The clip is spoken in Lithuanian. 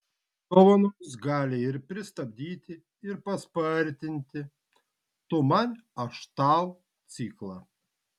dovanos gali ir pristabdyti ir paspartinti tu man aš tau ciklą